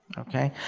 okay,